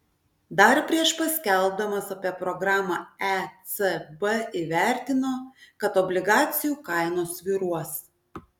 dar prieš paskelbdamas apie programą ecb įvertino kad obligacijų kainos svyruos